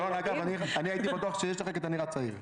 אלון, הייתי בטוח שיש לך כי אתה נראה צעיר.